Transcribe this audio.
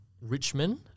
Richmond